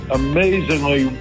amazingly